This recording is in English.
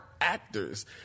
actors